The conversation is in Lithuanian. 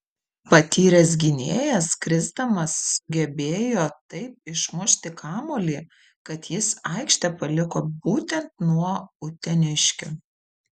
patyręs gynėjas krisdamas sugebėjo taip išmušti kamuolį kad jis aikštę paliko būtent nuo uteniškio